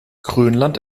grönland